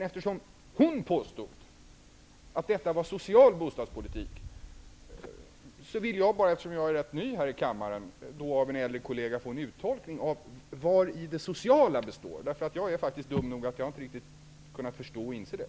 Eftersom hon påstod att det var social bostadspolitik vill jag, då jag är ganska ny här i kammaren, få en uttolkning av en äldre kollega av vari det sociala består. Jag är fak tiskt dum nog att inte riktigt ha kunnat förstå och inse det.